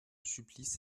supplice